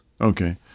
Okay